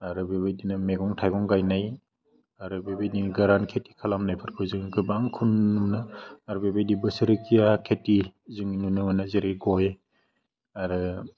आरो बेबायदिनो मेगं थाइगं गायनाय आरो बेबायदिनो गोरान खिथि खालामनायफोरखौ जों गोबां खम नुनो आरो बेबायदि बोसोर खिया खिथि जों नुनो मोनो जेरै गय आरो